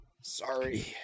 Sorry